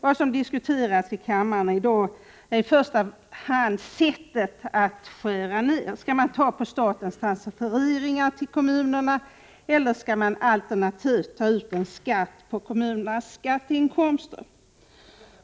Vad som diskuterats i kammaren i dag har i första hand varit sättet att skära ned. Skall man ta från statens transfereringar till kommunerna, eller skall man ta ut en skatt på kommunernas skatteinkomster?